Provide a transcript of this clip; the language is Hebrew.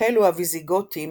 החלו הוויזיגותים